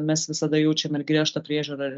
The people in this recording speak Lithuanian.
mes visada jaučiame ir griežtą priežiūrą